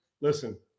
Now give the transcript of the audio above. listen